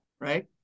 right